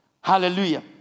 Hallelujah